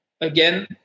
again